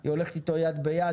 היא הולכת איתו יד ביד,